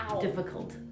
difficult